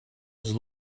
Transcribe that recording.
was